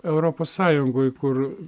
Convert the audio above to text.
europos sąjungoj kur